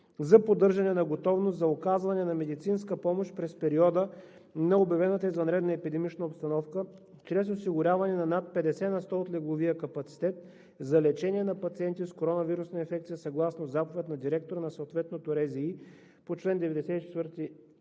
за поддържане на готовност за оказване на медицинска помощ през периода на обявената извънредна епидемична обстановка чрез осигуряване на над 50 на сто от легловия капацитет за лечение на пациенти с коронавирусна инфекция съгласно заповед на директора на съответната регионална